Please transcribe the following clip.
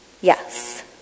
yes